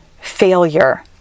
failure